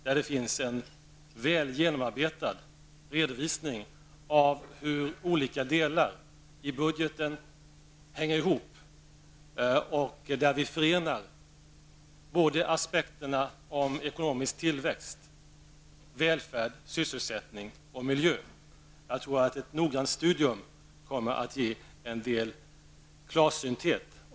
Där finns det en väl genomarbetad redovisning av hur olika delar i budgeten hänger ihop och hur aspekterna på ekonomisk tillväxt, välfärd, sysselsättning och miljö förenas. Jag tror att ett noggrant studium skulle ge också Claes Roxbergh en viss klarsynthet.